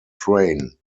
train